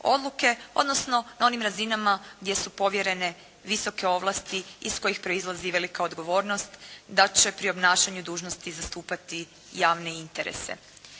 odnosno onim razinama gdje su povjerene visoke ovlasti iz kojih proizlazi velika odgovornost da će pri obnašanju dužnosti zastupati javne interese.